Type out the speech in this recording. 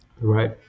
Right